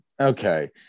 Okay